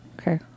okay